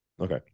Okay